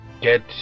get